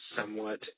somewhat